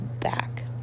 back